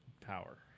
power